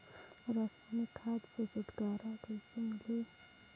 रसायनिक खाद ले छुटकारा कइसे मिलही?